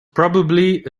probably